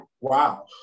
wow